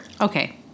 Okay